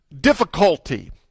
difficulty